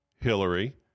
Hillary